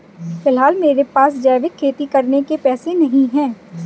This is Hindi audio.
फिलहाल मेरे पास जैविक खेती करने के पैसे नहीं हैं